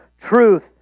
truth